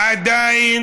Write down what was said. עדיין